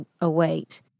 await